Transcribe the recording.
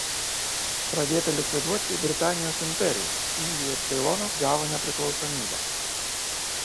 pradėta likviduoti britanijos imperiją indija ir ceilonas gavo nepriklausomybę